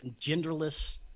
genderless